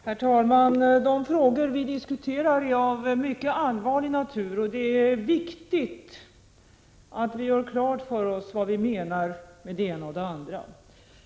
Herr talman! De frågor vi diskuterar är av mycket allvarlig natur, och det är viktigt att vi gör klart för oss vad vi menar med det ena och det andra.